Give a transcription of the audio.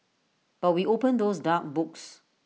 but we opened those dark books